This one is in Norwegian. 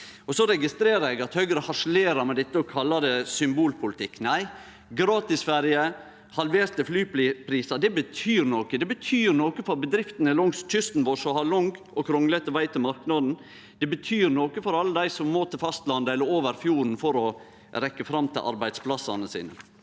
Eg registrerer at Høgre harselerer med dette og kallar det symbolpolitikk. Gratisferje og halverte flyprisar betyr noko. Det betyr noko for bedriftene langs kysten vår, som har lang og krunglete veg til marknaden. Det betyr noko for alle dei som må til fastlandet eller over fjorden for å rekke fram til arbeidsplassen sin.